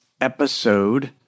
episode